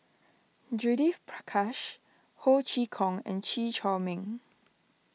Judith Prakash Ho Chee Kong and Chew Chor Meng